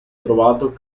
trovato